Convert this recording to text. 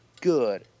good